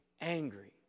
angry